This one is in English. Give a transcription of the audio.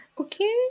Okay